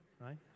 right